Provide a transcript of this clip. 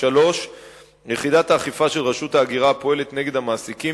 3. יחידת האכיפה של רשות ההגירה הפועלת נגד המעסיקים